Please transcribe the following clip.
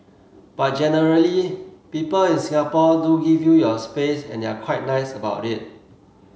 but generally people in Singapore do give you your space and they're quite nice about it